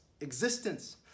existence